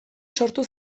sortu